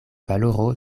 valoro